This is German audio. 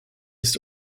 ist